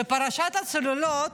בפרשת הצוללות,